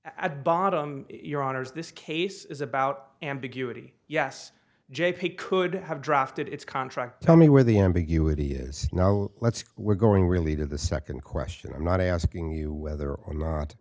honour's this case is about ambiguity yes j p could have drafted its contract tell me where the ambiguity is now let's we're going really to the second question i'm not asking you whether or not